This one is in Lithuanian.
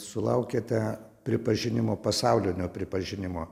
sulaukėte pripažinimo pasaulinio pripažinimo